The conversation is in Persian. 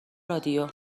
رادیو